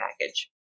package